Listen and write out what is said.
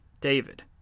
David